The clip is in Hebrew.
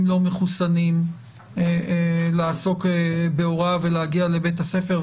לא מחוסנים לעסוק בהוראה ולהגיע לבית הספר,